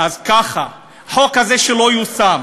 אז ככה, חוק כזה שלא יושם,